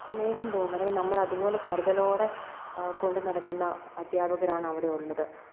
സ്നേഹം തോന്നും അല്ലേ നമ്മളതുപോലെ കരുതലോടെ കൊണ്ടു നടക്കുന്ന അദ്ധ്യാപകരാണവിടെ ഉള്ളത്